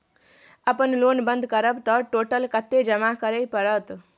अपन लोन बंद करब त टोटल कत्ते जमा करे परत?